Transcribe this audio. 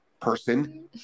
person